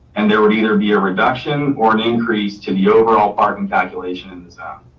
and there would either be a reduction or an increase to the overall parking calculation in the zone.